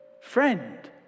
friend